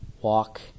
walk